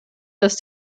dass